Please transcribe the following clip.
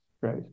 Right